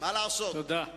מה לעשות, תודה.